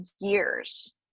years